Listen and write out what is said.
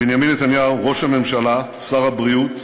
בנימין נתניהו ראש הממשלה, שר הבריאות,